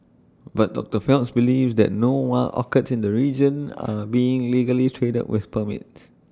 but doctor Phelps believes that no wild orchids in the region are being legally traded with permits